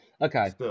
Okay